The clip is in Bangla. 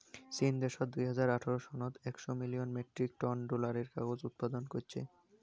চীন দ্যাশত দুই হাজার আঠারো সনত একশ মিলিয়ন মেট্রিক টন ডলারের কাগজ উৎপাদন কইচ্চে